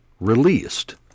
released